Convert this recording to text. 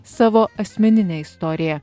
savo asmeninę istoriją